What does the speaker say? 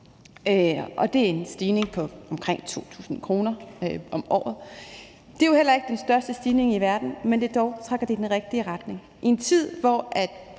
det er en stigning på omkring 2.000 kr. om året. Det er jo heller ikke den største stigning i verden, men dog trækker det i den rigtige retning.